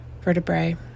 vertebrae